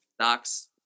stocks